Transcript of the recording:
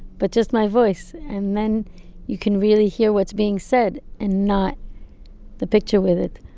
but just my voice and then you can really hear what's being said and not the picture with it.